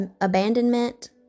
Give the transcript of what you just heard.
abandonment